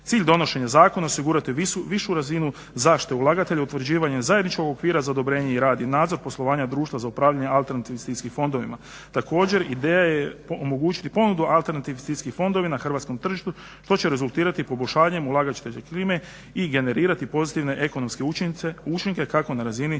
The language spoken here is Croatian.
Cilj donošenja zakona je osigurati višu razinu zaštite ulagatelja, utvrđivanje zajedničkog okvira za odobrenje, rad i nadzor poslovanja društva za upravljanje alternativnim investicijskim fondovima. Također ideja je omogućiti ponudu alternativnih investicijskih fondova na hrvatskom tržištu što će rezultirati poboljšanje ulagateljŠke klime i generirati pozitivne ekonomske učinke kako na razini ulaganja